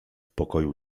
pokoju